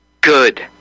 Good